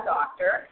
Doctor